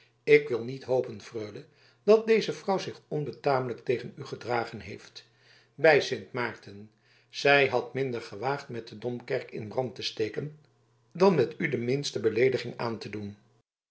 ik wil niet hopen freule dat deze vrouw zich onbetamelijk tegen u gedragen heeft bij sint maarten zij had minder gewaagd met de domkerk in brand te steken dan met u de minste beleediging aan te doen